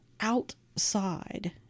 outside